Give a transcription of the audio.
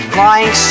Flying